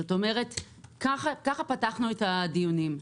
כלומר כך פתחנו את הדיונים.